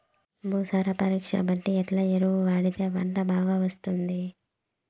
భూసార పరీక్ష బట్టి ఎట్లా ఎరువులు వాడితే పంట బాగా వస్తుంది?